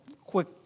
Quick